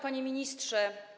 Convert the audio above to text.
Panie Ministrze!